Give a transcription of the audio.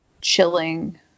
chilling